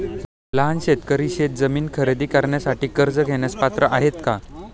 लहान शेतकरी शेतजमीन खरेदी करण्यासाठी कर्ज घेण्यास पात्र आहेत का?